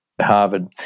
Harvard